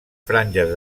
franges